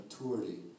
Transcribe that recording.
maturity